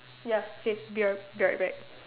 ya same be right right back